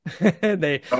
they-